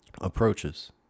approaches